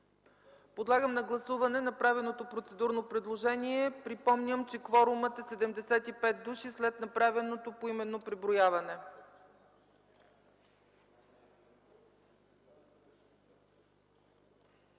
Подлагам на гласуване направеното процедурно предложение. Припомням, че кворумът е 75 души след направеното поименно преброяване.